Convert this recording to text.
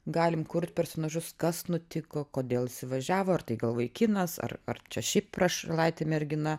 galim kurt personažus kas nutiko kodėl įvažiavo ar tai gal vaikinas ar ar čia šiaip prašalaitė mergina